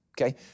okay